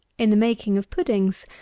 in the making of puddings,